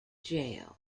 jail